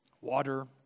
Water